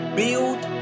build